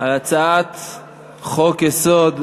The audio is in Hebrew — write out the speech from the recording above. על הצעת חוק-יסוד: